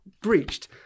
breached